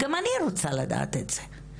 גם אני רוצה לדעת את זה,